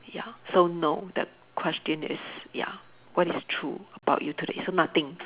ya so no the question is ya what is true about you today so nothing